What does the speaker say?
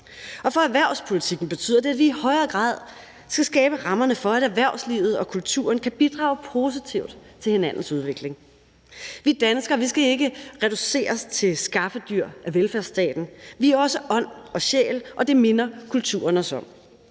For erhvervspolitikken betyder det, at vi i højere grad skal skabe rammerne for, at erhvervslivet og kulturen kan bidrage positivt til hinandens udvikling. Vi danskere skal ikke reduceres til skaffedyr af velfærdsstaten. Vi er også ånd og sjæl, og det minder kulturen os om.